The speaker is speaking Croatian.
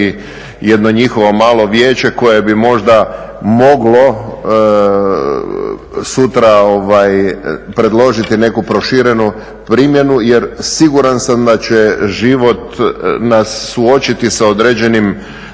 jedno njihovo malo vijeće koje bi možda moglo sutra predložiti neku proširenu primjenu jer siguran sam da će život nas suočiti sa određenim